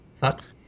Thoughts